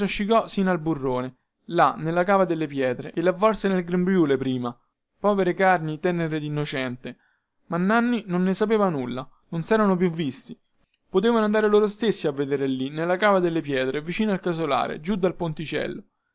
strascinò sino al burrone là nella cava delle pietre e lavvolse nel grembiule prima povere carni tenere dinnocente ma nanni non sapeva nulla non serano più visti potevano andare loro stessi a vedere lì nella cava delle pietre vicino al casolare giù dal ponticello